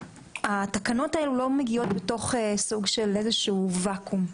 התקנות האלה לא מגיעות בתוך סוג של איזשהו ואקום.